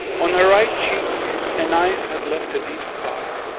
on her right cheek a knife had left a deep scar,